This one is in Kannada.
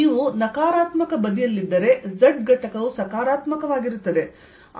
ನೀವು ನಕಾರಾತ್ಮಕ ಬದಿಯಲ್ಲಿದ್ದರೆ z ಘಟಕವು ಸಕಾರಾತ್ಮಕವಾಗಿರುತ್ತದೆ